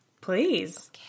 Please